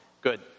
Good